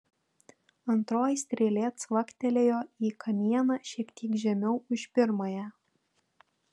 antroji strėlė cvaktelėjo į kamieną šiek tiek žemiau už pirmąją